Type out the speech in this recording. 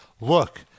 look